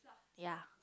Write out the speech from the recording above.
ya